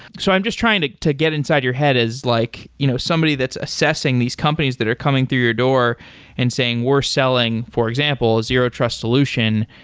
so i'm just trying to to get inside your head as like you know somebody that's assessing these companies that are coming through your door and saying, we're selling, for example zero-trust solution.